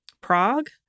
Prague